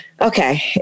Okay